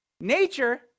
nature